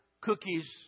cookies